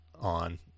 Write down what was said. on